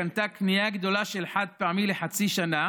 קנתה קנייה גדולה של חד-פעמי לחצי שנה